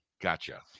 Gotcha